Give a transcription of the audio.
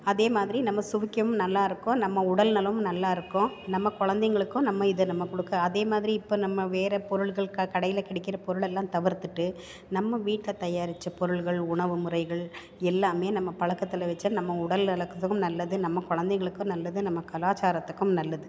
அதே மாதிரி நம்ம சுவைக்கவும் நல்லாயிருக்கும் நம்ம உடல் நலமும் நல்லாயிருக்கும் நம்ம கொழந்தைங்களுக்கும் நம்ம இதை நம்ம கொடுக்க அதே மாதிரி இப்போ நம்ம வேற பொருள்கள் கடையில் கிடைக்கிற பொருளெல்லாம் தவிர்த்துட்டு நம்ம வீட்டில் தயாரித்த பொருட்கள் உணவு முறைகள் எல்லாம் நம்ம பழக்கத்துல வைச்சா நம்ம உடல் நலத்துக்கும் நல்லது நம்ம கொழந்தைகளுக்கு நல்லது நம்ம கலாச்சாரத்துக்கும் நல்லது